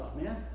man